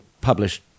published